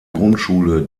grundschule